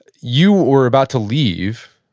you were about to leave,